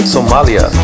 Somalia